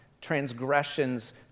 Transgressions